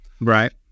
right